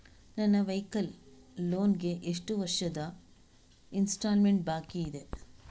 ನನ್ನ vehicle loan ಗೆ ಎಷ್ಟು ವರ್ಷದ ಇನ್ಸ್ಟಾಲ್ಮೆಂಟ್ ಬಾಕಿ ಇದೆ?